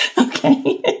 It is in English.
Okay